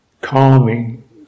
calming